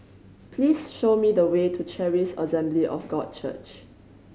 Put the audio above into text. please show me the way to Charis Assembly of God Church